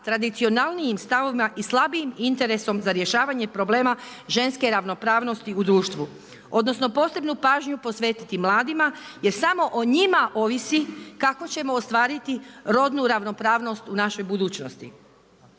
tradicionalnijim stavovima i slabijim interesom za rješavanje problema ženske ravnopravnosti u društvu, odnosno posebnu pažnju posvetiti mladima jer samo o njima ovisi kako ćemo ostvariti rodnu ravnopravnost u našoj budućnosti.